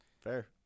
Fair